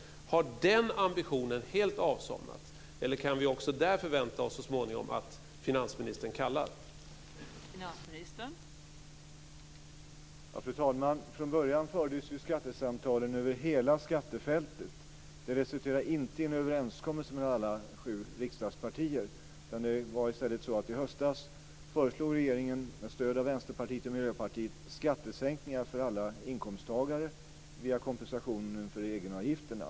Har den ambitionen helt avsomnat, eller kan vi så småningom förvänta oss en kallelse från finansministern också om detta?